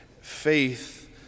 faith